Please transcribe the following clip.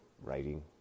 writing